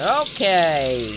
Okay